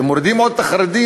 ואם מורידים עוד את החרדים,